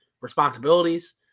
responsibilities